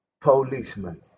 policemen